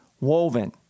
woven